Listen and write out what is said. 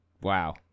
wow